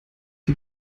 die